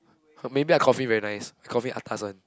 her maybe ah coffee very nice coffee atas one